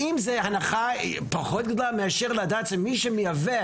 האם זה הנחה פחות גדולה מאשר לדעת שמי שמייבא